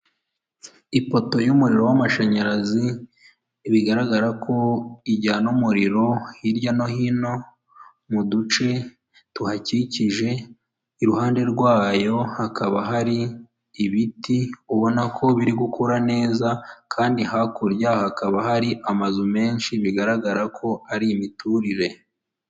Ipoto y'umuriro w'amashanyarazi bigaragara ko ijyana umuriro hirya no hino mu duce tuhakikije, iruhande rwayo hakaba hari ibiti ubona ko biri gukura neza kandi hakurya hakaba hari amazu menshi bigaragara ko ari imiturire.